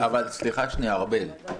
אין